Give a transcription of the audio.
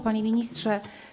Panie Ministrze!